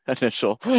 initial